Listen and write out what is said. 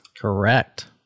Correct